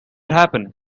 happen